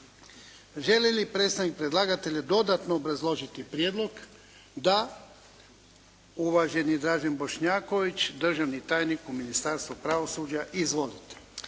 Želi li predstavnik predlagatelja dodatno obrazložiti prijedlog? Da. Uvaženi Dražen Bošnjaković, državni tajnik u Ministarstvu pravosuđa. Izvolite.